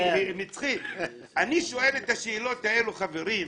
אני שואל את השאלה האלה, חברים.